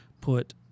put